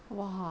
!wah!